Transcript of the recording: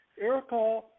Erica